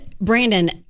brandon